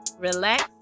relax